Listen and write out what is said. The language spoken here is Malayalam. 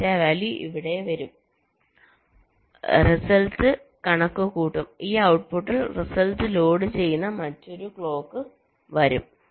ഡാറ്റ വാല്യൂ ഇവിടെ വരും റിസൾട്ട് കണക്കുകൂട്ടും ഈ ഔട്ട്പുട്ടിൽ റിസൾട്ട്ലോഡ് ചെയ്യുന്ന മറ്റൊരു ക്ലോക്ക് വരും